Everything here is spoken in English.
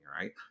right